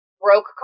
broke